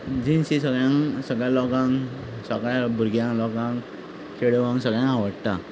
jeans ही सगळ्यांक सगळ्या लोकांक सगळ्या भुरग्या लोकांक चेडवांक सगळ्यांक आवडटा